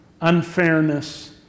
unfairness